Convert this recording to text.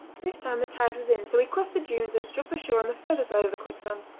this time the tide was in, so he crossed the dunes and struck the shore on the further side of the quicksand.